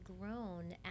grown